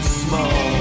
small